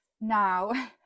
now